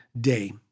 day